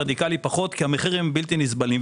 הרדיקלי פחות כי המחירים הם בלתי נסבלים.